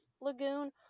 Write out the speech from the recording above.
lagoon